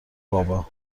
بابا